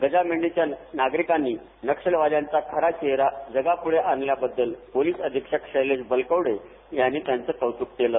गजामेंढीच्या नागरिकांनी नक्षलवाद्यांचा खरा चेहरा जगाप्ढे आणल्याबद्दल पोलिस अधीक्षक शैलेश बलकवडे यांनी त्यांचं कौतुक केलं